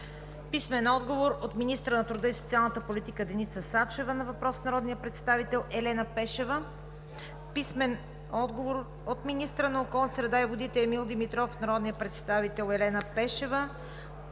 Писмени отговори от: - министъра на труда и социалната политика Деница Сачева на въпрос от народния представител Елена Пешева; - министъра на околната среда и водите Емил Димитров на въпрос от народния представител Елена Пешева;